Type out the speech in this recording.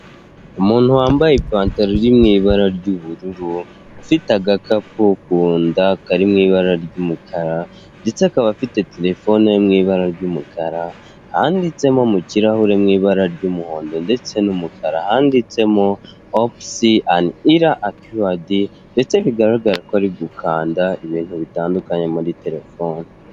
Umuntu wambaye ipantaro iri mu ibara ry'ubururu, ufite agakapu kunda kari mu ibara ry'umukara ndetse akaba afite telefone yo mu ibara ry'umukara, ahanditsemo mu kirahure mu ibara ry'umuhondo ndetse n'umukara, handitsemo opusi ani era akuwadi ndetse bigaragara ko ari gukanda ibintu bitandukanye muri telefone.